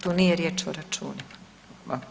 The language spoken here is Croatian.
Tu nije riječ o računima.